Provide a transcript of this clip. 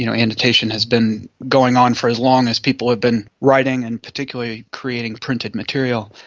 you know annotation has been going on for as long as people have been writing and particularly creating printed material.